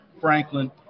Franklin